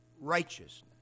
righteousness